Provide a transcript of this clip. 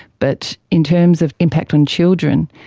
but in terms of impact on children,